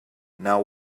now